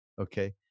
Okay